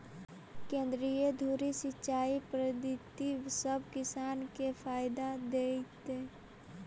केंद्रीय धुरी सिंचाई पद्धति सब किसान के फायदा देतइ